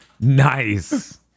Nice